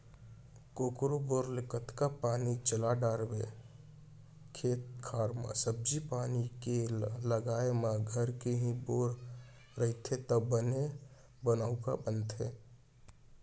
कोकरो बोर ले कतका पानी चला डारवे खेत खार म सब्जी पान के लगाए म घर के ही बोर रहिथे त बने बनउका बनथे